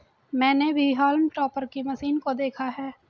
मैंने भी हॉल्म टॉपर की मशीन को देखा है